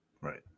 Right